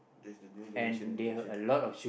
that's the new generation generation